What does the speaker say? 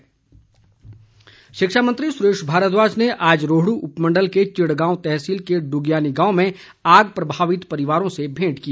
सुरेश भारद्वाज शिक्षा मंत्री सुरेश भारद्वाज ने आज रोहडू उपमंडल के चिड़गांव तहसील के डुगयानी गांव में आग प्रभावित परिवरों से भेंट की